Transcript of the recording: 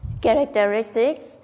characteristics